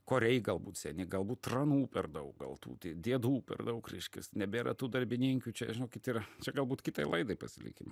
koriai galbūt seni galbūt tranų per daug gal tų diedų per daug reiškias nebėra tų darbininkių čia žinokit ir čia galbūt kitai laidai pasilikim